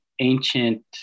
ancient